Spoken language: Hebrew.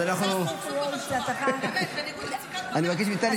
הצעת חוק סופר-חשובה, באמת, בניגוד לפסיקת בג"ץ.